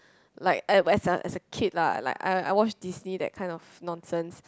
like as as a as a kid lah like I I watch Disney that kind of nonsense